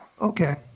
Okay